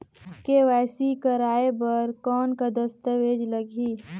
KYC कराय बर कौन का दस्तावेज लगही?